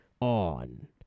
on